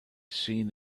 seen